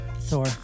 Thor